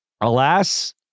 alas